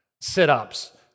sit-ups